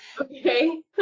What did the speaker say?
Okay